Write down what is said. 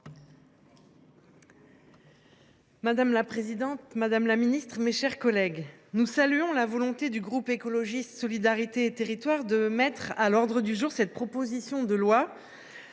Madame la présidente, madame la ministre, mes chers collègues, nous saluons la volonté du groupe Écologiste – Solidarité et Territoires d’inscrire à l’ordre du jour de notre